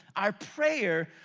our prayer,